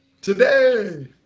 Today